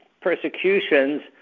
persecutions